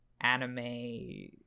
anime